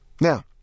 Now